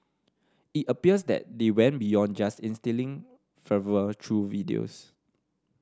it appears that they went beyond just instilling fervour through videos